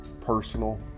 personal